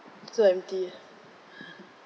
so empty